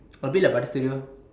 a bit like studio